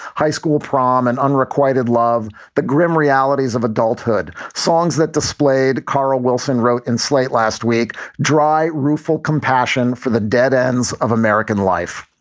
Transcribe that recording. high school prom and unrequited love. the grim realities of adulthood songs that displayed carl wilson wrote in slate last week dry, rueful compassion for the dead ends of american life.